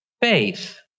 Faith